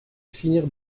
finir